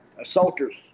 assaulters